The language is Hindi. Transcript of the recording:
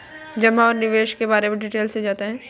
जमा और निवेश के बारे में डिटेल से बताएँ?